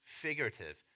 figurative